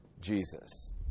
Jesus